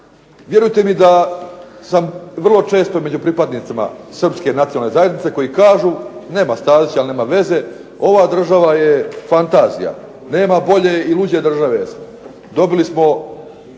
Vjerujte mi da sam vrlo često među pripadnicima srpske nacionalne zajednice koji kažu nema Stazića, ali nema veze. Ova država je fantazija. Nema bolje i luđe države. Dobili smo,